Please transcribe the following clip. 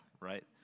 right